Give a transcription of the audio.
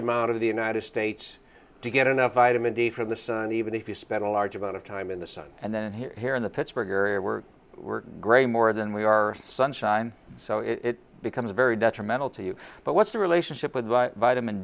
amount of the united states to get enough vitamin d from the sun even if you spent a large amount of time in the sun and then here in the pittsburgh area we're we're growing more than we are sunshine so it becomes very detrimental to you but what's the relationship with vitamin